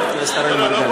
חבר הכנסת אראל מרגלית,